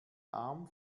arm